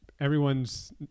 Everyone's